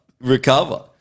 recover